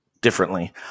differently